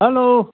hello